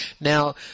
Now